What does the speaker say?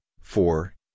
four